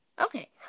Okay